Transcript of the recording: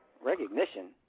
Recognition